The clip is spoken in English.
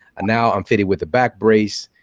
and now i'm fitted with a back brace.